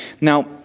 Now